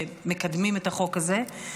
שמקדמים את החוק הזה.